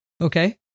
Okay